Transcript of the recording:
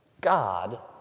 God